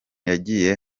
yagiye